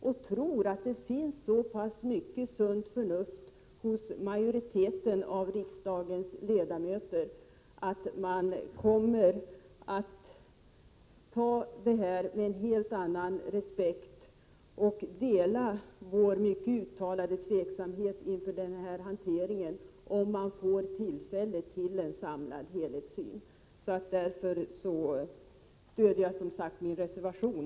Jag tror att det finns så pass mycket sunt förnuft hos majoriteten av riksdagens ledamöter att de kommer att visa mer respekt och ta hänsyn till vår uttalade tveksamhet inför den här hanteringen om de inväntar en samlad helhetssyn och alltså stöder min reservation.